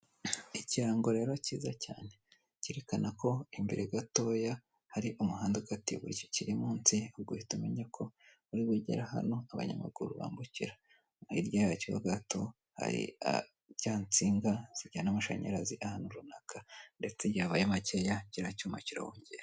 Ikirango rero cyiza cyane cyerekana ko imbere gatoya hari umuhanda ukata iburyo. Kiri munsi ubwo uhita umenya ko uri bugera ahantu abanyamaguru bambukira. Hirya yacyo ho gato hari za nsinga zijyana amashanyarazi ahantu runaka ndetse igihe abaye makeya kiriya cyuma kirawongera.